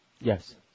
Yes